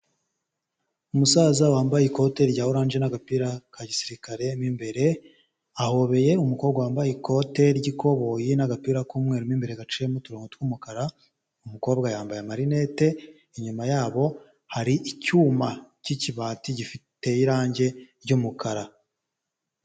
Umusaza wambaye ikote rya oranje n'agapira ka gisirikare mo imbere, ahobeye umukobwa wambaye ikote ry'ikoboyi n'agapira k'umweru mo imbere gaciyemo uturungo tw'umukara, umukobwa yambaye amarinete, inyuma yabo hari icyuma cy'ikibati giteye irange ry'umukara.